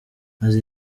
maze